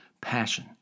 Passion